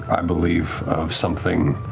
i believe, of something.